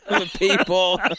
people